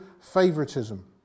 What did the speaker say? favoritism